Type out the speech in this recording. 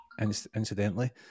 incidentally